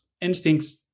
instincts